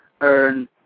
earn